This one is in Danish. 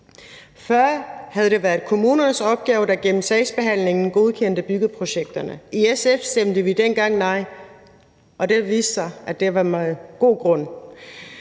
Før havde opgaven ligget hos kommunerne, der gennem sagsbehandlingen godkendte byggeprojekterne. I SF stemte vi dengang nej, og det har vist sig, at det var med god grund.